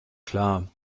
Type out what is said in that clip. klar